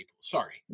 Sorry